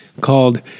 called